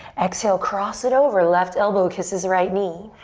exhale, cross it over. left elbow kisses right knee.